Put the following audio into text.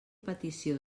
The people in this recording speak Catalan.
petició